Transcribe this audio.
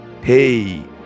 hey